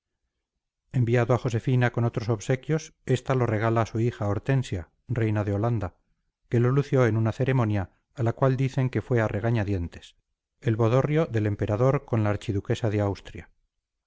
enviado a josefina con otros obsequios esta lo regala a su hija hortensia reina de holanda que lo lució en una ceremonia a la cual dicen que fue a regañadientes el bodorrio del emperador con la archiduquesa de austria